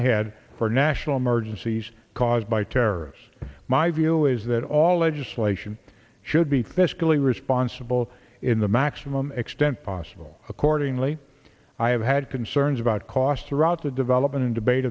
ahead for national emergencies caused by terrorists my view is that all legislation should be fiscally responsible in the maximum extent possible accordingly i have had concerns about costs throughout the development and debate